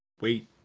wait